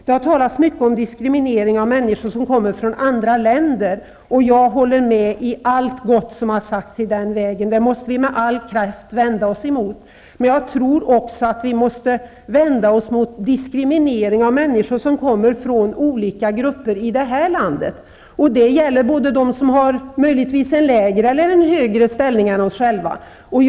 Det har talats mycket om diskriminering av människor som kommer från andra länder, och jag håller med i allt gott som har sagts i den vägen. Sådan diskriminering måste vi med all kraft vända oss emot. Men jag tror också att vi måste vända oss mot diskriminering av människor som kommer från olika grupper i det här landet. Det gäller både dem som har en lägre och dem som har en högre ställning än vi själva har.